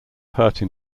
hurting